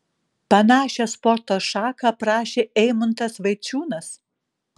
panašią sporto šaką aprašė eimuntas vaičiūnas